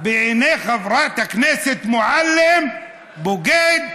בעיני חברת הכנסת מועלם הוא בוגד,